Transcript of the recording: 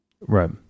right